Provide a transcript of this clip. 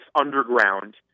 underground